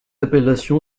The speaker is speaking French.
appellation